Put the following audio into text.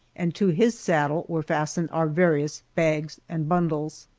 and to his saddle were fastened our various bags and bundles.